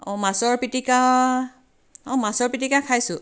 অঁ মাছৰ পিটিকা অঁ মাছৰ পিটিকা খাইছোঁ